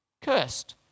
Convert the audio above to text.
cursed